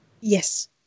Yes